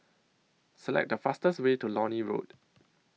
Select The fastest Way to Lornie Road